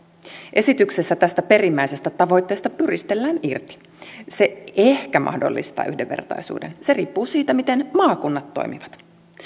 esityksessä tästä perimmäisestä tavoitteesta pyristellään irti se ehkä mahdollistaa yhdenvertaisuuden se riippuu siitä miten maakunnat toimivat